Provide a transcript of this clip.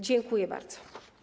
Dziękuję bardzo.